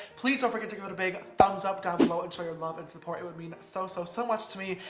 please don't forget to give it a big thumbs up down below, and show your love and support. it would mean so, so, so much to me.